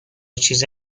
چیزی